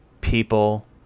people